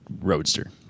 Roadster